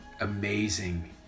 Amazing